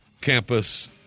campus